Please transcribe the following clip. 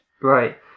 Right